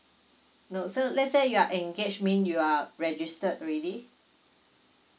no so let's say you are engage mean you are registered already